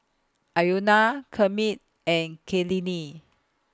Kermit and Kaylene